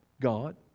God